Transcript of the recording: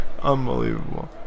Unbelievable